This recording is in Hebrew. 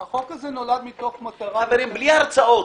הזה נולד מתוך מטרה --- חברים, בלי הרצאות.